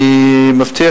אני מבטיח.